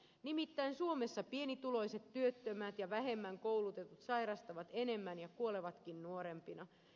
nimittäin suomessa pienituloiset työttömät ja vähemmän koulutetut sairastavat enemmän ja kuolevatkin nuorempina